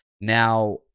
Now